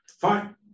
Fine